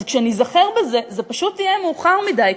אז כשניזכר בזה זה פשוט יהיה מאוחר מדי,